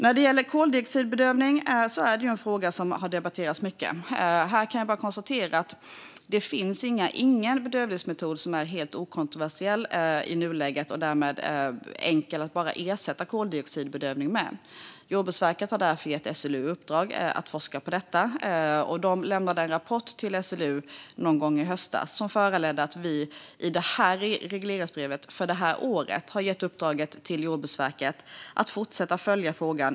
Frågan om koldioxidbedövning har debatterats mycket. Här kan jag bara konstatera att det i nuläget inte finns någon bedövningsmetod som är helt okontroversiell och därmed enkel att ersätta koldioxidbedövning med. Jordbruksverket har därför gett SLU i uppdrag att forska i detta. De lämnade en rapport till SLU någon gång i höstas, vilket föranledde att vi i regleringsbrevet för detta år gav Jordbruksverket i uppdrag att fortsätta följa frågan.